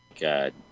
God